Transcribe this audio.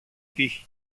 τύχη